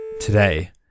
Today